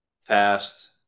fast